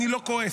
אני לא כועס,